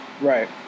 Right